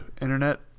internet